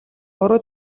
буруу